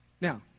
Now